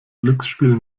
glücksspiel